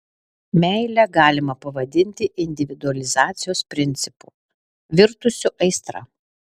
meilę galima pavadinti individualizacijos principu virtusiu aistra